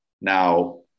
Now